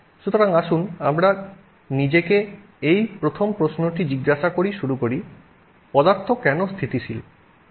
সুতরাং আসুন আমরা নিজেকে এই প্রথম প্রশ্নটি জিজ্ঞাসা করেই শুরু করি পদার্থ কেন স্থিতিশীল